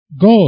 God